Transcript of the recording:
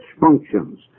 functions